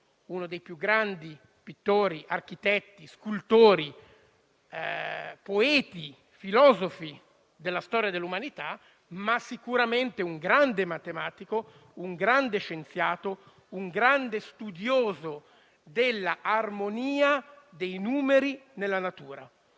uno dei più grandi pittori, architetti, scultori, poeti e filosofi della storia dell'umanità, ma sicuramente un grande matematico, un grande scienziato e un grande studioso dell'armonia dei numeri nella natura,